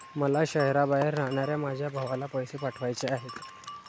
मला शहराबाहेर राहणाऱ्या माझ्या भावाला पैसे पाठवायचे आहेत